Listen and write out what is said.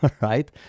right